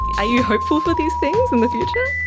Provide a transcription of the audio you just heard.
are you hopeful for these things in the future?